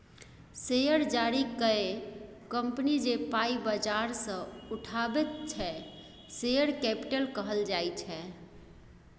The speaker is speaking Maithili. शेयर जारी कए कंपनी जे पाइ बजार सँ उठाबैत छै शेयर कैपिटल कहल जाइ छै